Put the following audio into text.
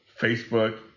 Facebook